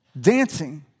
dancing